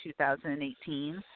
2018